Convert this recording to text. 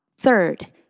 Third